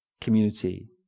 community